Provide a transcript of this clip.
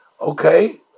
okay